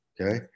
Okay